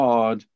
God